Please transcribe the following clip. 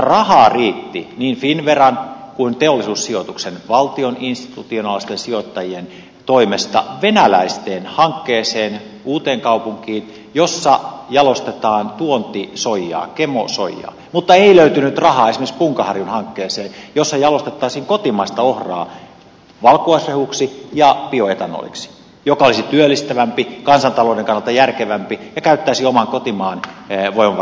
rahaa riitti niin finnveran kuin teollisuussijoituksenkin valtion institutionaalisten sijoittajien toimesta venäläisten hankkeeseen uuteenkaupunkiin jossa jalostetaan tuontisoijaa gemosoijaa mutta ei löytynyt rahaa esimerkiksi punkaharjun hankkeeseen jossa jalostettaisiin kotimaista ohraa valkuaisrehuksi ja bioetanoliksi joka olisi työllistävämpi kansantalouden kannalta järkevämpi ja käyttäisi oman kotimaan voimavaroja hyväkseen